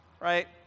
right